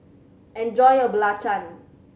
enjoy your belacan